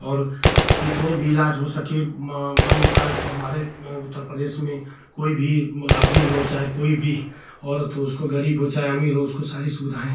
और जितना भी इलाज़ हो सके इन्सान को हमारे उत्तर प्रदेश में कोई भी आदमी हो चाहे कोई भी औरत हो उसको गरीब हो चाहे अमीर हो उसको सारी सुविधाएँ